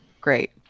Great